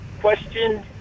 question